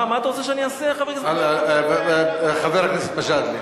תקצר, מה אתה רוצה שאני אעשה, חבר הכנסת מג'אדלה?